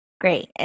Great